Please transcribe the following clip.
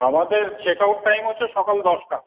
আমাদের check out time হচ্ছে সকাল দশটা